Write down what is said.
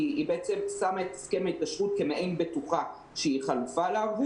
היא שמה את הסכם ההתקשרות כמעין בטוחה שהיא חלופה לערבות.